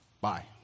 Bye